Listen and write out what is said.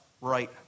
right